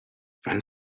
wann